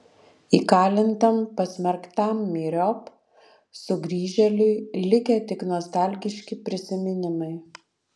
įkalintam pasmerktam myriop sugrįžėliui likę tik nostalgiški prisiminimai